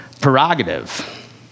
prerogative